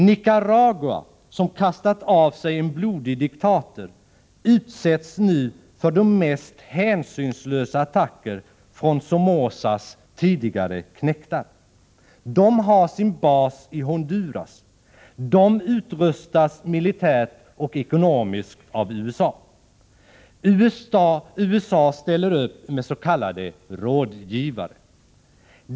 Nicaragua, som kastat av sig en blodig diktator, utsätts nu för de mest hänsynslösa attacker från Somozas tidigare knektar. De har sin bas i Honduras. De utrustas militärt och ekonomiskt av USA. USA ställer upp med s.k. rådgivare.